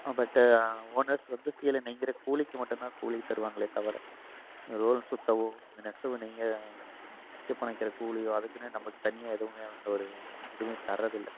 பட்டு ஓனர்ஸ் வந்து சீலை நெய்கிற கூலிக்கு மட்டும்தான் கூலி தருவாங்களே தவிர இந்த ரோலு சுற்றவோ இந்த நெசவு நெய்ய அச்சீவ் பண்ணிக்கிற கூலியோ அதுக்குனு நம்மளுக்கு தனியாக எதுவும் அந்த ஒரு இதுமே தர்றது இல்லை